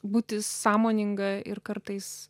būti sąmoninga ir kartais